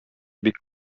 бик